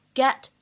get